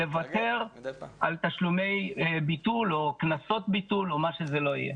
לוותר על תשלומי ביטול או קנסות ביטול או מה שזה לא יהיה.